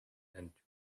and